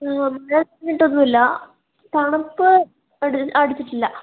അങ്ങനെ നനഞ്ഞിട്ടൊന്നുമില്ല തണുപ്പ് അടിച്ചിട്ടില്ല